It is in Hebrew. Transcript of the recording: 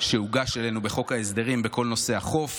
שהוגש אלינו בחוק ההסדרים בכל נושא החוף,